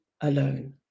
alone